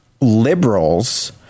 liberals